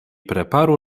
preparu